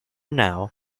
now